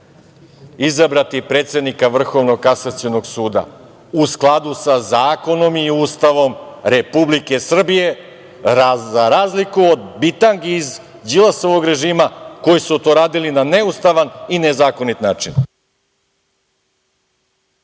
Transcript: izabrati predsednika Vrhovnog kasacionog suda u skladu sa zakonom i Ustavom Republike Srbije, za razliku od bitangi iz Đilasovog režima koji su to radili na neustavan i nezakonit način.